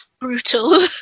brutal